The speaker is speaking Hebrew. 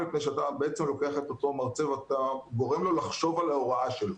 מפני שאתה בעצם לוקח את אותו מרצה ואתה גורם לו לחשוב על ההוראה שלו.